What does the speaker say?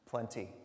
Plenty